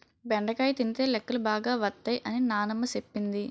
బెండకాయ తినితే లెక్కలు బాగా వత్తై అని నానమ్మ సెప్పింది